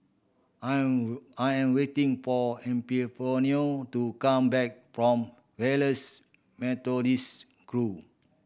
I'm I am waiting for Epifanio to come back from Wesley Methodist Grove